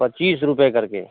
पच्चीस रुपये कर के